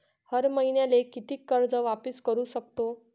हर मईन्याले कितीक कर्ज वापिस करू सकतो?